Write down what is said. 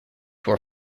were